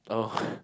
oh